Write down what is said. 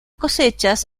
cosechas